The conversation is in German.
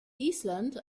island